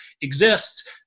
exists